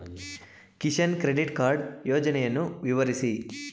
Kisan credit card ಯೋಜನೆಯನ್ನು ವಿವರಿಸಿ?